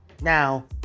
Now